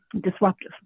disruptive